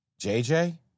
JJ